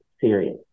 serious